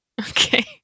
Okay